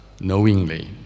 knowingly